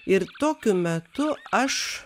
ir tokiu metu aš